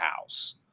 house